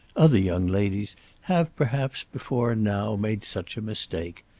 other young ladies have, perhaps, before now made such a mistake.